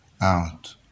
Out